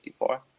54